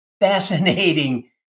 fascinating